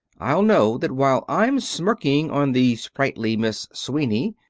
i'll know that while i'm smirking on the sprightly miss sweeney,